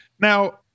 Now